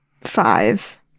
five